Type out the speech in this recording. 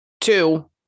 Two